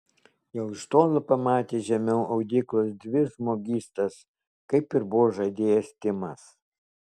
jau iš tolo pamatė žemiau audyklos dvi žmogystas kaip ir buvo žadėjęs timas